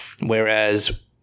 Whereas